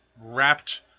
wrapped